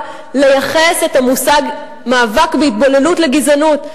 לייחס את המושג "מאבק בהתבוללות" לגזענות,